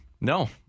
No